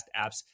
apps